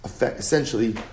essentially